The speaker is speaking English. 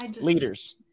Leaders